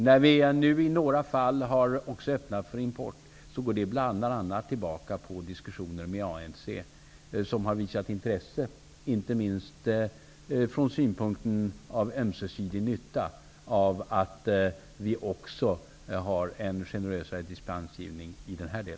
När vi nu i några fall även har öppnat möjligheterna för import, går det bl.a. tillbaka på diskussioner med ANC, som har visat intresse, inte minst från synpunkten av ömsesidig nytta av att vi också har en generösare dispensgivning i denna del.